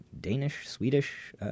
Danish-Swedish